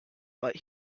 but